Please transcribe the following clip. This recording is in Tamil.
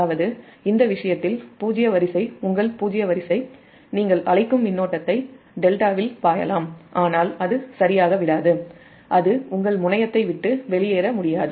அதாவது இந்த விஷயத்தில் உங்கள் பூஜ்ஜிய வரிசை நீங்கள் அழைக்கும் மின்னோட்டத்தை டெல்டாவில் பாயலாம் ஆனால் அது சரியாக விடாது அது உங்கள் முனையத்தை விட்டு வெளியேற முடியாது